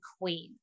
queen